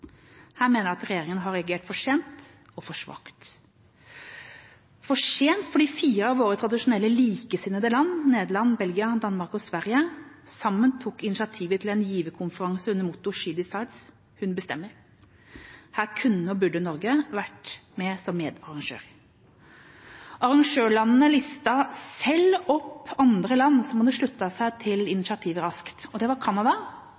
Her mener jeg at regjeringa har reagert for sent og for svakt – for sent fordi fire land som tradisjonelt er likesinnede land med oss, Nederland, Belgia, Danmark og Sverige, sammen tok initiativet til en giverkonferanse under mottoet «She Decides», «hun bestemmer». Her kunne og burde Norge vært med som medarrangør. Arrangørlandene listet selv opp andre land som hadde sluttet seg til initiativet raskt. Det var Canada,